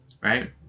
right